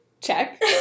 Check